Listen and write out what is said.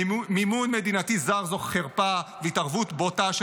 מימון מדינתי זר זו חרפה והתערבות בוטה של